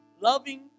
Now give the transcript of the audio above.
loving